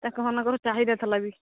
ତାଙ୍କ ମାନଙ୍କର ଚାହିଦା ଥିଲା ବି